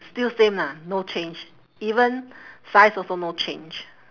still same lah no change even size also no change